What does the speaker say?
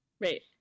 Right